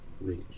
reach